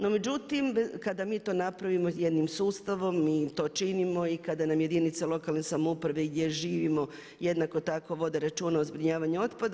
No, međutim kada mi to napravimo jednim sustavom mi to činimo i kada nam jedinice lokalne samouprave gdje živimo jednako tako vode računa o zbrinjavanju otpada.